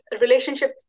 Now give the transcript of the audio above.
relationship